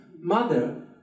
Mother